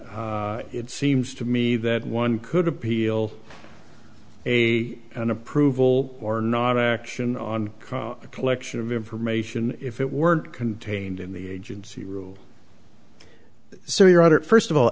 it seems to me that one could appeal a an approval or not action on the collection of information if it weren't contained in the agency rule so your honor first of all